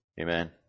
amen